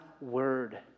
Word